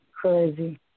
crazy